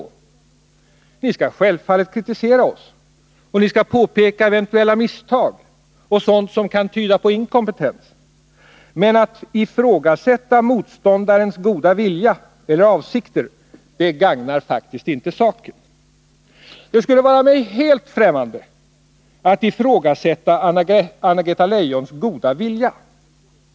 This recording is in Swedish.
Ni skall självfallet kritisera oss och påpeka eventuella misstag samt sådant som kan tyda på inkompetens, men att ifrågasätta motståndares goda vilja eller avsikter gagnar faktiskt inte saken. Det skulle vara mig helt ffrämmande att ifrågasätta Anna-Greta Leijons goda vilja.